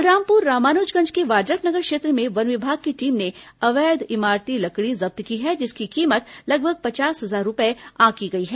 बलरामपुर रामानुजगंज के वाड्रफनगर क्षेत्र में वन विभाग की टीम ने अवैध इमारती लकड़ी जब्त की है जिसकी कीमत लगभग पचास हजार रूपए आंकी गई है